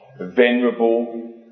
venerable